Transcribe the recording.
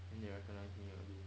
then they recognise me again